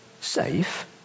Safe